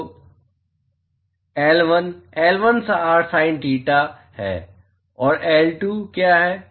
तो L1 L1 r sin theta है और L2 क्या है